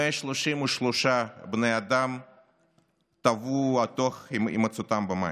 133 בני אדם טבעו תוך הימצאותם במים.